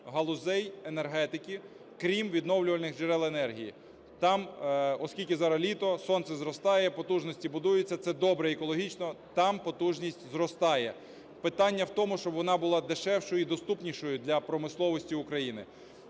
галузей енергетики, крім відновлювальних джерел енергії. Там, оскільки зараз літо, сонце зростає, потужності будуються – це добре, екологічно, там потужність зростає. Питання в тому, щоб вона дешевшою і доступнішою для промисловості України.